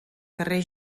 carrer